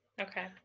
Okay